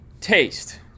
taste